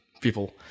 people